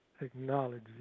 acknowledge